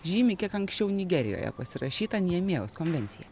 žymi kiek anksčiau nigerijoje pasirašytą niemėjaus konvenciją